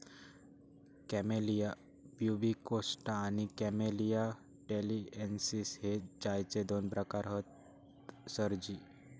camellia pubicosta आणि camellia taliensis हे चायचे दोन प्रकार हत सरजी